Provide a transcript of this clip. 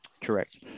Correct